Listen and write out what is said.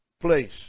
place